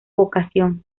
vocación